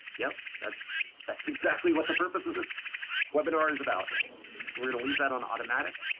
yup, that's that's exactly what the purpose of this webinar's about. so we're gonna leave that on automatic.